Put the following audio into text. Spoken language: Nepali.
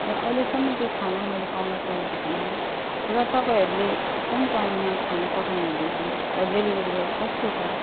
र अहिलेसम्म त्यो खाना मैले पाउन सकेको छुइनँ र तपाईँहरूले कुन टाइममा खाना पठाउनुहुँदैछ र डिलिभेरी बोय कस्तो छ